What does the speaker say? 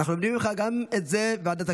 תלמדו מחבר הכנסת בליאק באופן כללי.